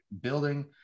building